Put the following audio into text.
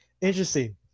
interesting